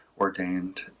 ordained